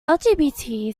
lgbt